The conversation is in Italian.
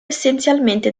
essenzialmente